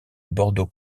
bordeaux